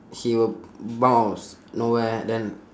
he will bounce nowhere then